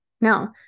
Now